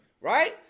right